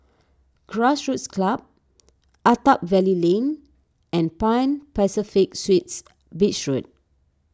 Grassroots Club Attap Valley Lane and Pan Pacific Suites Beach Road